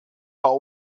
war